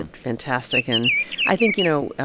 and fantastic. and i think, you know,